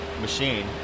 machine